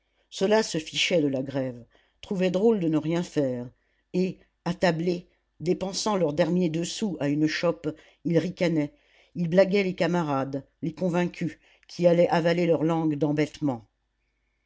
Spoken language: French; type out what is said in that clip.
ceux-là se fichaient de la grève trouvaient drôle de ne rien faire et attablés dépensant leurs derniers deux sous à une chope ils ricanaient ils blaguaient les camarades les convaincus qui allaient avaler leur langue